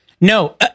No